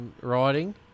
riding